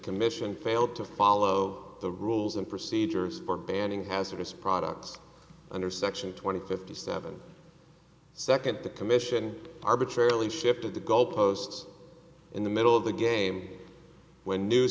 commission failed to follow the rules and procedures for banning hazardous products under section twenty fifty seven second the commission arbitrarily shifted the goalposts in the middle of the game when new